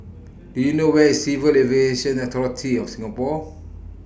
Do YOU know Where IS Civil Aviation Authority of Singapore